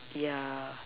yeah